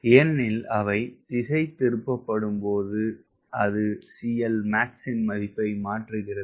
ஏனெனில் அவை திசை திருப்பப்படும்போது அது CLmax மதிப்பை மாற்றுகிறது